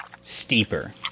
steeper